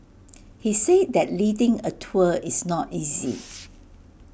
he say that leading A tour is not easy